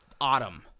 autumn